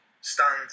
stand